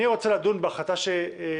אני רוצה לדון בהחלטה שנמצאת